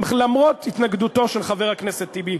למרות התנגדותו של חבר הכנסת טיבי,